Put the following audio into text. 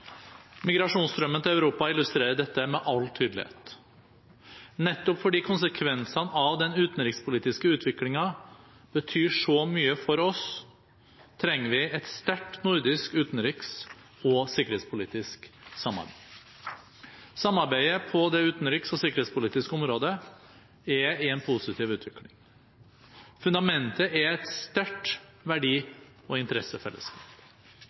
Migrasjonsstrømmen til Europa illustrerer dette med all tydelighet. Nettopp fordi konsekvensene av den utenrikspolitiske utviklingen betyr så mye for oss, trenger vi et sterkt nordisk utenriks- og sikkerhetspolitisk samarbeid. Samarbeidet på det utenriks- og sikkerhetspolitiske området er i en positiv utvikling. Fundamentet er et sterkt verdi- og interessefellesskap.